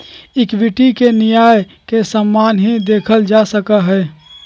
equity के न्याय के सामने ही देखल जा सका हई